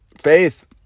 Faith